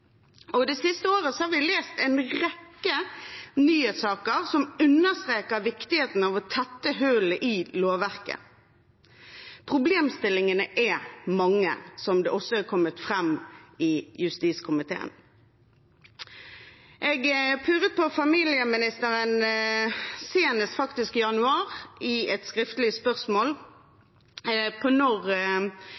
Det siste året har vi lest en rekke nye saker som understreker viktigheten av å tette hull i lovverket. Problemstillingene er mange, noe som også er kommet fram i justiskomiteen. Jeg purret på familieministeren senest i januar i et skriftlig spørsmål